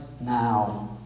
now